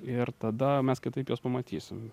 ir tada mes kitaip juos pamatysim